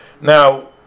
Now